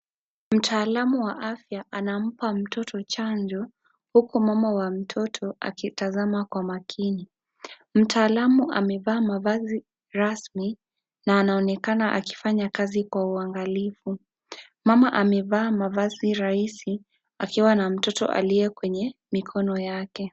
Mtaalamu wa afya anampa mtoto chanjo huku mama wa mtoto akitazama kwa makini. Mtaalamu amevaa mavazi rasmi na anaonekana akifanya kazi kwa uangalifu. Mama amevaa mavazi rahisi akiwa na mtoto aliye kwenye mikono yake.